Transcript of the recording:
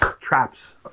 traps